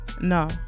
No